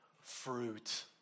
fruit